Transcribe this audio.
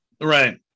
right